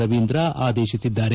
ರವೀಂದ್ರ ಆದೇಶಿಸಿದ್ದಾರೆ